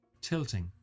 tilting